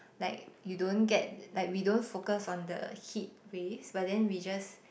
like you don't get like we don't focus on the heat rays but then we just